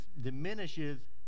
diminishes